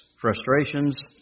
frustrations